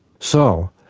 so